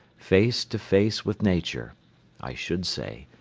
face to face with nature i should say,